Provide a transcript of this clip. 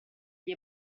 gli